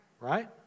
right